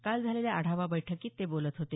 काल झालेल्या आढावा बैठकीत ते बोलत होते